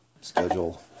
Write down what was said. schedule